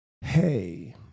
hey